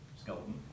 skeleton